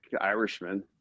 irishman